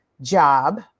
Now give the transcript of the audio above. job